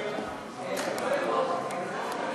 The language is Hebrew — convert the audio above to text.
משק המדינה (תיקון מס' 9)